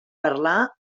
parlar